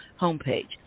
homepage